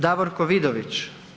Davorko Vidović.